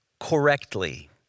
correctly